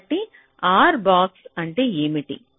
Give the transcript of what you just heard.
కాబట్టి R⧠ అంటే ఏమిటి